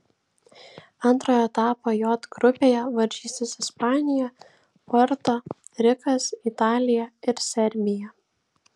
antrojo etapo j grupėje varžysis ispanija puerto rikas italija ir serbija